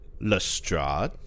Lestrade